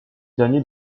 dernier